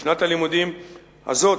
בשנת הלימודים הזאת,